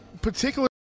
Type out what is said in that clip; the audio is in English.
particular